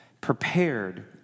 prepared